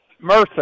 Mercy